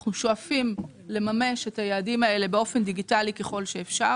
אנחנו שואפים לממש את היעדים האלה באופן דיגיטאלי ככל שאפשר